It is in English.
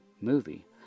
movie